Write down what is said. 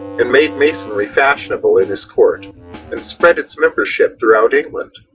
and made masonry fashionable in his court and spread its membership throughout england.